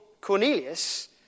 Cornelius